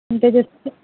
అంటే జస్ట్